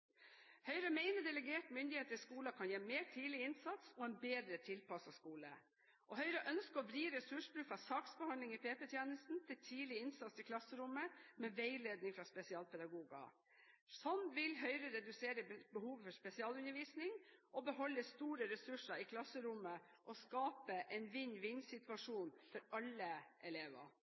Høyre mener delegert myndighet til skoler kan gi mer tidlig innsats og en bedre tilpasset skole. Og Høyre ønsker å vri ressurser fra saksbehandling i PP-tjenesten til tidlig innsats i klasserommet med veiledning fra spesialpedagoger. Slik vil Høyre redusere behovet for spesialundervisning, beholde store ressurser i klasserommet og skape en vinn-vinn-situasjon for alle elever.